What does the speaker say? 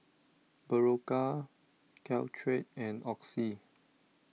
Berocca Caltrate and Oxy